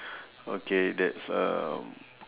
okay that's um